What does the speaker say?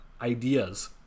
ideas